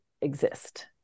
exist